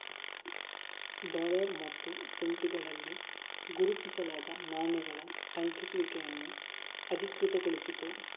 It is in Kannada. ಡಾಲರ್ ಮತ್ತು ಸೆಂಟುಗಳಲ್ಲಿ ಗುರುತಿಸಲಾದ ನಾಣ್ಯಗಳ ಟಂಕಿಸುವಿಕೆಯನ್ನು ಅಧಿಕೃತಗೊಳಿಸಿತು